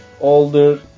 older